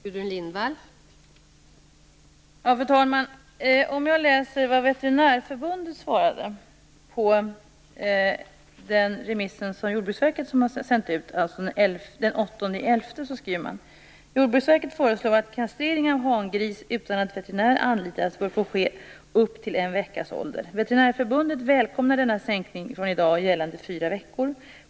Fru talman! Jag kan läsa vad Veterinärförbundet svarade på den remiss som Jordbruksverket sände ut den 8 november: Jordbruksverket föreslår att kastrering av hangris utan att veterinär anlitas bör få ske upp till en veckas ålder. Veterinärförbundet välkomnar denna sänkning från i dag gällande fyra veckor.